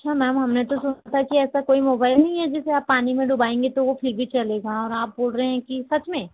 अच्छा मैम हमने तो सुना था कि ऐसा कोई मोबाइल नहीं है जिसे आप पानी में डुबाएंगी तो वो फिर भी चलेगा और आप बोल रहे हैं कि सच में